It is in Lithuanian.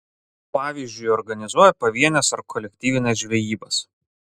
pavyzdžiui organizuoja pavienes ar kolektyvines žvejybas